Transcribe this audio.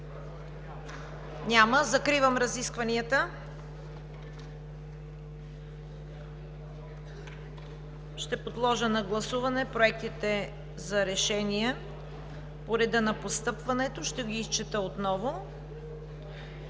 Няма. Закривам разискванията. Ще подложа на гласуване проектите за решения по реда на постъпването, като ги изчета отново.